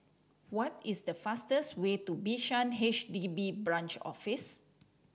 what is the fastest way to Bishan H D B Branch Office